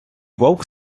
вовк